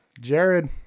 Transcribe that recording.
jared